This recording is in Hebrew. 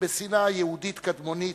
בשנאת יהודית קדמונית,